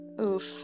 Oof